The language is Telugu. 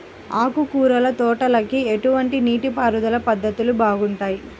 ఆకుకూరల తోటలకి ఎటువంటి నీటిపారుదల పద్ధతులు బాగుంటాయ్?